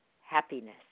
happiness